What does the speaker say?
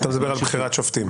אתה מדבר על בחירת שופטים.